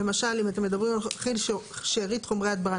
למשל אם אתם מדברים שארית חומרי הדברה.